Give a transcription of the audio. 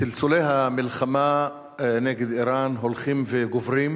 צלצולי המלחמה נגד אירן הולכים וגוברים,